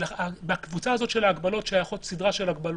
לקבוצה הזאת של ההגבלות שייכות סדרה של הגבלות,